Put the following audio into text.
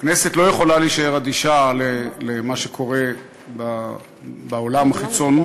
הכנסת לא יכולה להישאר אדישה למה שקורה בעולם החיצון,